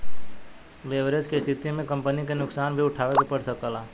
leverage के स्थिति में कंपनी के नुकसान भी उठावे के पड़ सकता